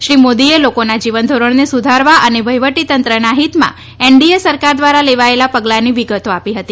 શ્રી મોદીએ લોકોના જીવનધીરણને સુધારવા અને વહિવહી તંત્રના હિતમાં એનડીએ સરકાર દ્વારા લેવાયેલા પગલાની વિગતો આપી હતી